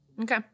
Okay